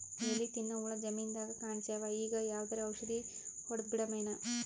ಎಲಿ ತಿನ್ನ ಹುಳ ಜಮೀನದಾಗ ಕಾಣಸ್ಯಾವ, ಈಗ ಯಾವದರೆ ಔಷಧಿ ಹೋಡದಬಿಡಮೇನ?